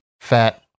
fat